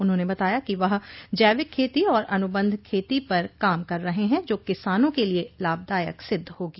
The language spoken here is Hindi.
उन्होंने बताया कि वह जैविक खेती और अनुबंध खेती पर काम कर रहे हैं जो किसानों के लिए लाभदायक सिद्ध होगी